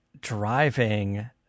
driving